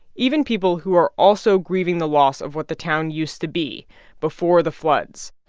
even people who are also grieving the loss of what the town used to be before the floods.